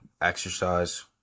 exercise